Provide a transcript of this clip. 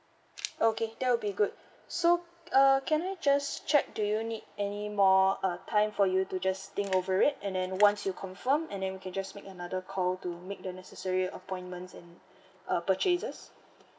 okay that would be good so uh can I just check do you need any more uh time for you to just think over it and then once you confirm and then you can just make another call to make the necessary appointments and uh purchases